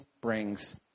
brings